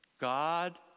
God